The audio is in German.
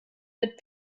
mit